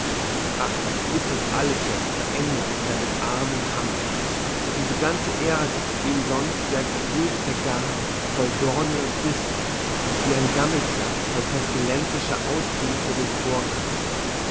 ach wie ist es alles jetzt verändert in deinem armen hamlet diese ganze erde die ihm sonst wie ein verödeter garten voll dornen und disteln wie ein sammelplatz voll pestilenzischer ausdünstungen vorkam